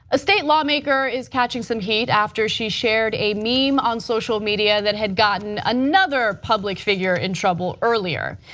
a state lawmaker is catching some heat after she shared a meme on social media that had gotten another public figure in trouble earlier.